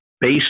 Base